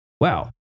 wow